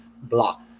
block